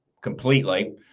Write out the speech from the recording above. completely